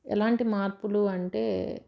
ఎలాంటి మార్పులు అంటే